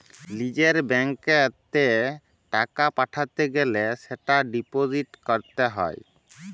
লিজের ব্যাঙ্কত এ টাকা পাঠাতে গ্যালে সেটা ডিপোজিট ক্যরত হ্য়